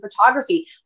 photography